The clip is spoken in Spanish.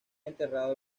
enterrado